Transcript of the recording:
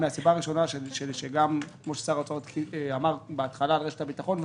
כפי ששר האוצר אמר בהתחלה על רשת הביטחון,